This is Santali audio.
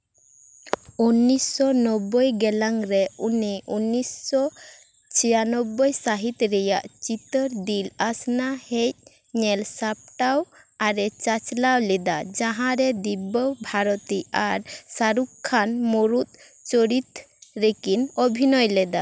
ᱩᱱᱤᱥᱥᱚ ᱱᱚᱵᱵᱳᱭ ᱜᱮᱞᱟᱝ ᱨᱮ ᱩᱱᱤ ᱩᱱᱤᱥᱥᱚ ᱪᱷᱤᱭᱟᱱᱚᱵᱵᱳᱭ ᱥᱟᱹᱦᱤᱛ ᱨᱮᱭᱟᱜ ᱪᱤᱛᱟᱹᱨ ᱫᱤᱞ ᱟᱥᱱᱟ ᱦᱮᱡ ᱧᱮᱞ ᱥᱟᱢᱴᱟᱣ ᱟᱨᱮ ᱪᱟᱪᱟᱞᱟᱣ ᱞᱮᱫᱟ ᱡᱟᱸᱦᱟᱨᱮ ᱫᱤᱵᱵᱟ ᱵᱷᱟᱨᱚᱛᱤ ᱟᱨ ᱥᱟᱨᱩᱠᱷ ᱠᱷᱟᱱ ᱢᱩᱬᱩᱛ ᱪᱩᱨᱤᱛ ᱨᱮᱠᱤᱱ ᱚᱵᱷᱤᱱᱚᱭ ᱞᱮᱫᱟ